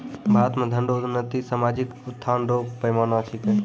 भारत मे धन रो उन्नति सामाजिक उत्थान रो पैमाना छिकै